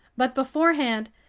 but beforehand,